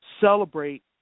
celebrate